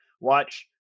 Watch